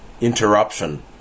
interruption